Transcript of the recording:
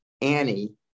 Annie